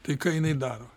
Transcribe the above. tai ką jinai daro